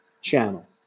channel